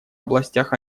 областях